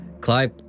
Clive